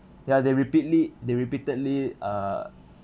ya they they repeatedly uh